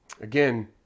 Again